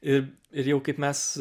ir ir jau kaip mes